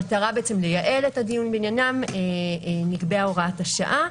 במטרה לייעל את הדיון בעניינם נקבעה הוראת השעה,